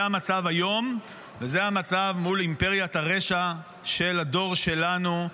זה המצב היום וזה המצב מול אימפריית הרשע של הדור שלנו,